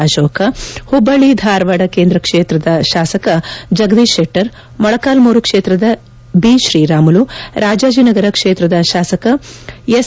ಅಶೋಕ್ ಹುಬ್ಬಳ್ಳಿ ಧಾರವಾಡ ಕೇಂದ್ರ ಕ್ಷೇತ್ರದ ಶಾಸಕ ಜಗದೀಶ್ ಶೆಟ್ಟರ್ ಮೊಳಕಾಲ್ಗೂರು ಕ್ಷೇತ್ರದ ಬಿತ್ರೀರಾಮುಲು ರಾಜಾಜಿನಗರ ಕ್ಷೇತ್ರದ ಶಾಸಕ ಎಸ್